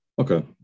Okay